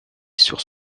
sur